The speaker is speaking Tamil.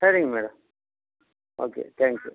சரிங்க மேடம் ஓகே தேங்க் யூ